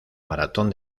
maratón